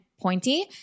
pointy